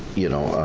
you know.